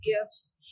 gifts